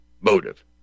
motive